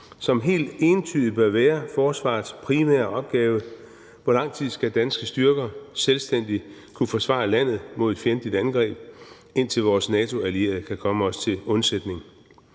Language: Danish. som helt entydigt bør være forsvarets primære opgave: Hvor lang tid skal danske styrker selvstændigt kunne forsvare landet mod et fjendtlig angreb, indtil vores NATO-allierede kan komme os til undsætning?